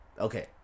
okay